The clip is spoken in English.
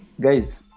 guys